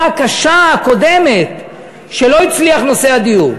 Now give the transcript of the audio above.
הקשה הקודמת שלא הצליח בה נושא הדיור.